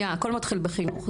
הכול מתחיל בחינוך.